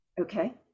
Okay